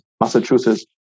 Massachusetts